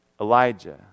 Elijah